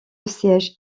siège